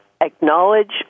acknowledge